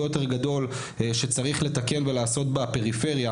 יותר גדול שצריך לתקן ולעשות בפריפריה.